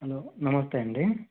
hello నమస్తే అండి